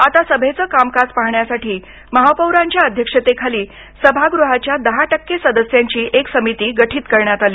आता सभेचं कामकाज पाहण्यासाठी महापौरांच्या अध्यक्षतेखाली सभागृहाच्या दहा टक्के सदस्यांची एक समिती गठित करण्यात आली